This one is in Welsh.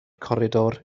coridor